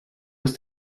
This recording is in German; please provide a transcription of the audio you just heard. ist